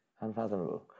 Unfathomable